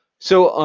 so,